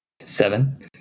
Seven